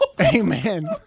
Amen